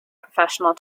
professional